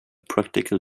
practical